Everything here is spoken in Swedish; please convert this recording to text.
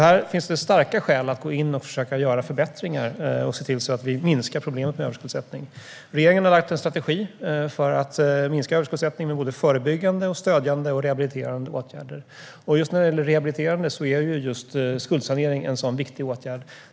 Här finns alltså starka skäl att gå in och försöka göra förbättringar och se till att vi minskar problemet med överskuldsättning. Regeringen har lagt fram en strategi för att minska överskuldsättningen med såväl förebyggande och stödjande som rehabiliterande åtgärder. Just när det gäller det rehabiliterande är skuldsanering en sådan viktig åtgärd.